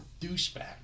douchebag